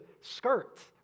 skirt